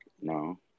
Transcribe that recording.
no